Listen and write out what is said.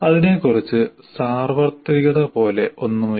അതിനെക്കുറിച്ച് സാർവത്രികത പോലെ ഒന്നുമില്ല